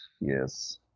Yes